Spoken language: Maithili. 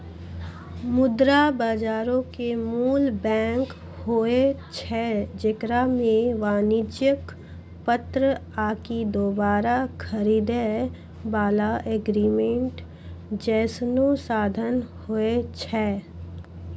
मुद्रा बजारो के मूल बैंक होय छै जेकरा मे वाणिज्यक पत्र आकि दोबारा खरीदै बाला एग्रीमेंट जैसनो साधन होय छै